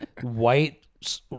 white